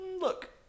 look